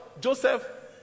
Joseph